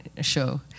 show